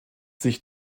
sich